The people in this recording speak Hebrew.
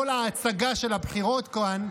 כל ההצגה של הבחירות כאן,